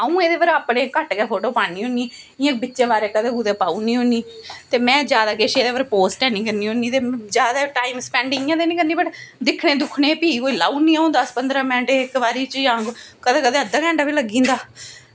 अंऊ एह्दे उप्पर अपने घट्ट गै फोटो पानी होनी इंया बिचें बारें कदें पाई ओड़नी होनी ते में जादै एह्दे उप्पर किश पोस्ट ऐनी करनी होनी जादै टाईम स्पैंड इंया निं करनी होनी पर दिक्खनै गी कोई अंऊ लाई ओड़नी पंदरां मिंट इक्क बारी च जां कदें कदें अद्धा घैंटा बी लग्गी जंदा